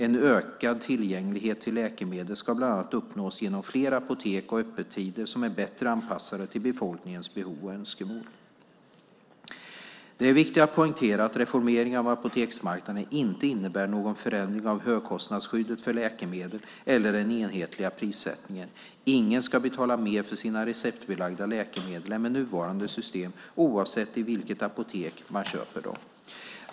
En ökad tillgänglighet till läkemedel ska bland annat uppnås genom fler apotek och öppettider som är bättre anpassade till befolkningens behov och önskemål. Det är viktigt att poängtera att reformeringen av apoteksmarknaden inte innebär någon förändring av högkostnadsskyddet för läkemedel eller den enhetliga prissättningen. Ingen ska betala mer för sina receptbelagda läkemedel än med nuvarande system, oavsett i vilket apotek man köper dem.